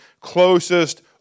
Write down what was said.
closest